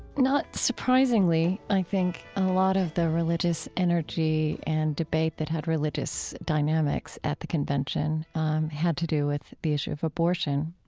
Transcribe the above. not surprisingly, i think a lot of the religious energy and debate that had religious dynamics at the convention had to do with the issue of abortion.